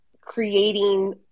creating